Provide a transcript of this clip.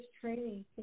training